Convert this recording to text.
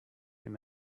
him